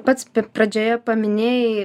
pats pradžioje paminėjai